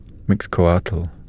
Mixcoatl